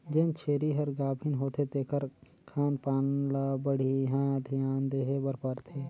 जेन छेरी हर गाभिन होथे तेखर खान पान ल बड़िहा धियान देहे बर परथे